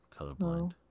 colorblind